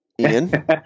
Ian